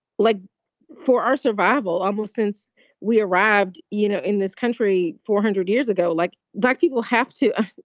like for our survival almost since we arrived, you know, in this country four hundred years ago, like dark people have to.